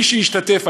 מי שהשתתף,